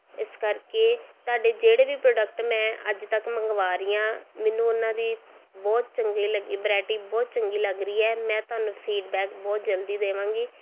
ਇਸ ਕਰਕੇ ਤੁਹਾਡੇ ਜਿਹੜੇ ਵੀ ਪ੍ਰੋਡਕਟ ਮੈਂ ਅੱਜ ਤੱਕ ਮੰਗਵਾ ਰਹੀ ਹਾਂ ਮੈਨੂੰ ਉਹਨਾਂ ਦੀ ਬਹੁਤ ਚੰਗੀ ਲੱਗੀ ਵਰਾਇਟੀ ਬਹੁਤ ਚੰਗੀ ਲੱਗ ਰਹੀ ਹੈ ਮੈਂ ਤੁਹਾਨੂੰ ਫੀਡਬੈਕ ਬਹੁਤ ਜਲਦੀ ਦੇਵਾਂਗੀ